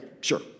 sure